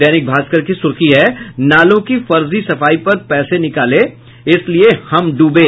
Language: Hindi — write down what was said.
दैनिक भास्कर की सुर्खी है नालों की फर्जी सफाई पर पैसे निकाले इसलिए हम ड्रबे